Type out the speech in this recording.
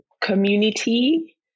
community